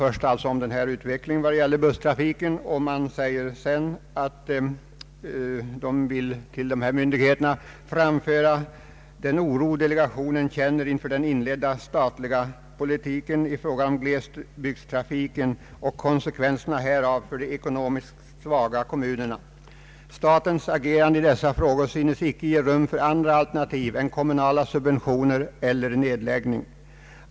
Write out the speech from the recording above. Först talas om utvecklingen vad gäller busstrafiken, och man vill sedan till dessa myndigheter framföra den oro delegationen känner inför den inledda statliga politiken i fråga om glesbygdstrafiken och konsekvenserna härav för de ekonomiskt svaga kommunerna: ”Statens agerande i dessa frågor synes icke ge rum för andra alternativ än kommunala subventioner contra nedläggning.